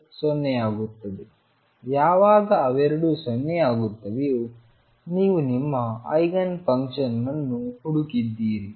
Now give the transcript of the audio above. ಯಾವಾಗ ಅವೆರಡೂ 0 ಆಗುತ್ತದೆಯೋ ನೀವು ನಿಮ್ಮ ಐಗನ್ ಫಂಕ್ಷನ್ ಅನ್ನು ಹುಡುಕಿದ್ದೀರಿ